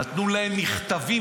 נתנו להם לכתוב מכתבים,